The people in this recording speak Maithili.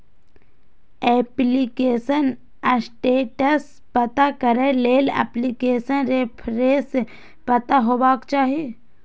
एप्लीकेशन स्टेटस पता करै लेल एप्लीकेशन रेफरेंस पता हेबाक चाही